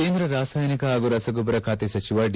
ಕೇಂದ್ರ ರಾಸಾಯನಿಕ ಹಾಗೂ ರಸಗೊಬ್ಬರ ಖಾತೆ ಸಚಿವ ಡಿ